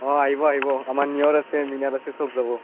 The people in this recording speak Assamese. অঁ আহিব আহিব আমাৰ নিয়ৰ আছে মৃণাল আছে চব যাব